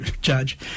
judge